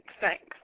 thanks